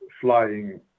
flying